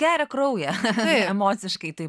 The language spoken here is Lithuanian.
geria kraują emociškai taip